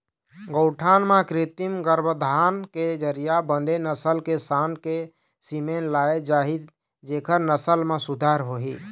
गौठान म कृत्रिम गरभाधान के जरिया बने नसल के सांड़ के सीमेन लाय जाही जेखर नसल म सुधार होही